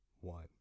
one